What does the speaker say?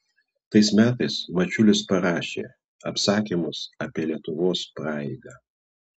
tais metais mačiulis parašė apsakymus apie lietuvos praeigą